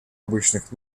обычных